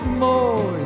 more